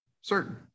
certain